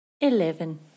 Eleven